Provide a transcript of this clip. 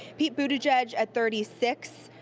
pete buttigieg thirty six.